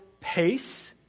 pace